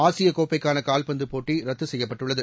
ஆகியக்கோப்பைக்கானகால்பந்தபோட்டிரத்துசெய்யப்பட்டுள்ளது